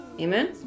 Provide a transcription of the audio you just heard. Amen